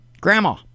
grandma